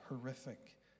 horrific